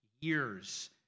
years